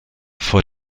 vor